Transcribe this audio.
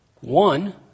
One